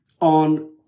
on